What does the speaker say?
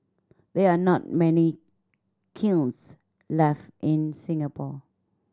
there are not many kilns left in Singapore